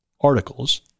articles